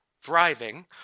thriving